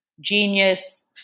genius